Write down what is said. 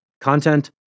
content